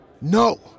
No